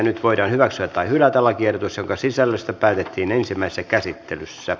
nyt voidaan hyväksyä tai hylätä lakiehdotus jonka sisällöstä päätettiin ensimmäisessä käsittelyssä